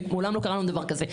מעולם לא קרה לנו דבר כזה,